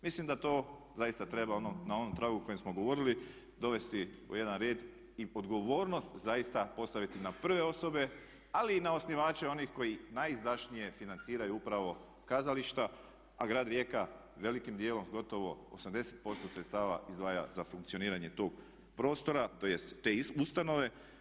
Mislim da to zaista treba na onom tragu o kojem smo govorili dovesti u jedan red i odgovornost zaista postaviti na prve osobe, ali i na osnivače onih koji najizdašnije financiraju upravo kazališta, a grad Rijeka velikim dijelom gotovo 80% sredstava izdvaja za funkcioniranje tog prostora, tj. ustanove.